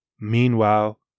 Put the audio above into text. Meanwhile